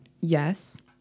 Yes